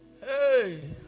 Hey